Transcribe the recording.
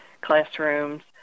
classrooms